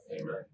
Amen